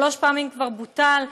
שלוש פעמים כבר בוטל.